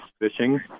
fishing